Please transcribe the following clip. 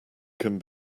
can